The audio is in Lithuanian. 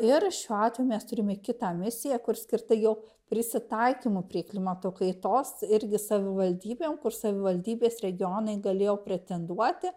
ir šiuo atveju mes turime kitą misiją kur skirta jau prisitaikymui prie klimato kaitos irgi savivaldybėm kur savivaldybės regionai galėjo pretenduoti